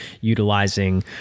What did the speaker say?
utilizing